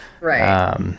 Right